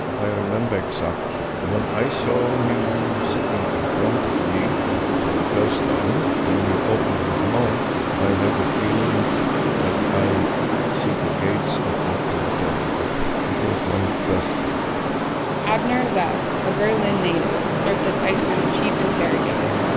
i remember exactly. when i saw him sitting in front of me for the first time, when he opened his mouth i had the feeling that i see the gates of the crematorium open. that was my first feeling avner less, a berlin native, served as eichmann's chief interrogator